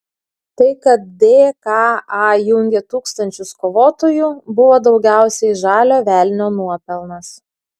tai kad dka jungė tūkstančius kovotojų buvo daugiausiai žalio velnio nuopelnas